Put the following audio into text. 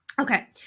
okay